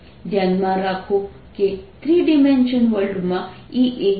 ધ્યાનમાં રાખો કે થ્રી ડિમેન્શનલ વર્લ્ડમાં E એ 1r2 તરીકે છે